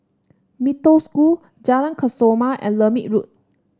Mee Toh School Jalan Kesoma and Lermit Road